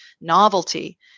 novelty